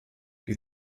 die